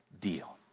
deal